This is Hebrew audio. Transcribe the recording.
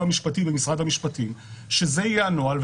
משפטי במשרד המשפטי שזה יהיה הנוהל,